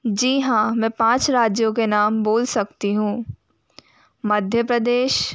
जी हाँ मैं पाँच राज्यों के नाम बोल सकती हूँ मध्य प्रदेश